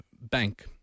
bank